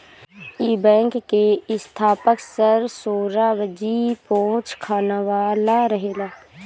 इ बैंक के स्थापक सर सोराबजी पोचखानावाला रहले